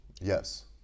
Yes